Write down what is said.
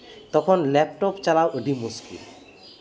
ᱛᱚᱠᱷᱚᱱ ᱞᱮᱯᱴᱚᱯ ᱪᱟᱞᱟᱣ ᱟᱹᱰᱤ ᱢᱩᱥᱠᱤᱞ